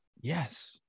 Yes